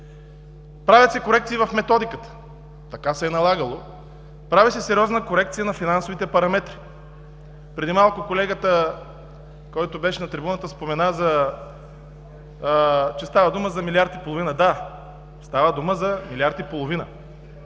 Правят се корекции в методиката – така се е налагало. Прави се сериозна корекция на финансовите параметри. Преди малко колегата на трибуната спомена, че става дума за милиард и половина. Да, става дума за милиард и половина,